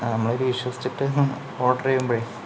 ആ നമ്മൾ ഒരു വിശ്വസിച്ചിട്ട് ഓർഡർ ചെയ്യുമ്പോൾ